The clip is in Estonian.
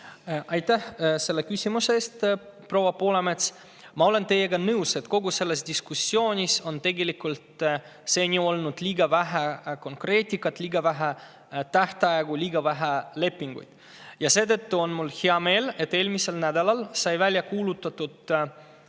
Aitäh selle küsimuse eest, proua Poolamets! Ma olen teiega nõus, et kogu selles diskussioonis on seni olnud liiga vähe konkreetsust, liiga vähe tähtaegu, liiga vähe lepinguid. Seetõttu on mul hea meel, et eelmisel nädalal sai välja kuulutatud